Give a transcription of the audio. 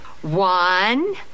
One